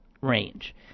range